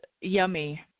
yummy